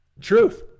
truth